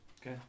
Okay